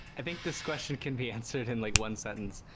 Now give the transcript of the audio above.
i think this question can be answered in like one sentence.